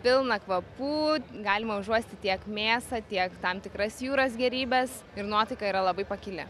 pilna kvapų galima užuosti tiek mėsą tiek tam tikras jūros gėrybes ir nuotaika yra labai pakili